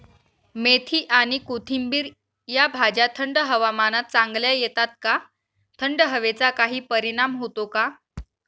मेथी आणि कोथिंबिर या भाज्या थंड हवामानात चांगल्या येतात का? थंड हवेचा काही परिणाम होतो का?